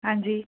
ਹਾਂਜੀ